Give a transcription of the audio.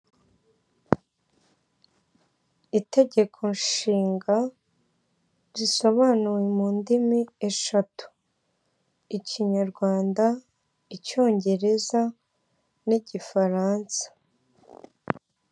Itegeko nshinga risobanuwe mu ndimi eshatu, ikinyarwanda, icyongereza, n'igifaransa.